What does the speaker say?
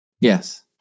Yes